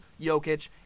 Jokic